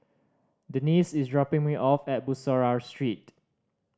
Denice is dropping me off at Bussorah Street